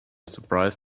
surprise